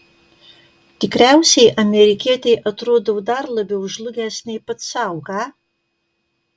tikriausiai amerikietei atrodau dar labiau žlugęs nei pats sau ką